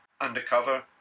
undercover